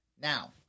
Now